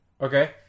Okay